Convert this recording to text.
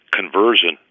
conversion